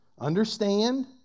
Understand